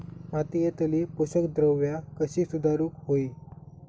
मातीयेतली पोषकद्रव्या कशी सुधारुक होई?